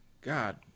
God